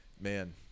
man